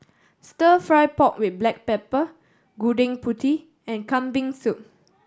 Stir Fry pork with black pepper Gudeg Putih and Kambing Soup